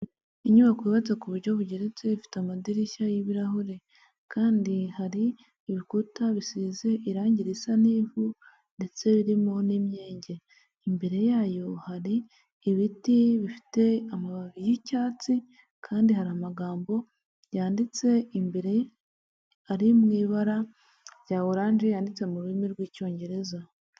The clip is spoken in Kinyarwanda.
Inyubako yubatse ku buryo bugeretse ifite amadirishya y'ibirahure kandi hari ibikuta bisize irangi risa n'ivu ndetse birimo n'imyenge, imbere yayo hari ibiti bifite amababi y'icyatsi kandi hari amagambo yanditse imbere ari mu ibara rya orange yanditse mu rurimi rw'icyongereza.